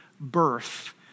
birth